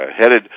headed